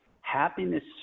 happiness